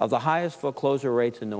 of the highest foreclosure rates in new